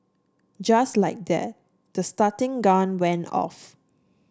just like that the starting gun went off